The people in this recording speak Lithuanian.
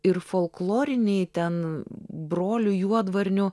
ir folkloriniai ten brolių juodvarnių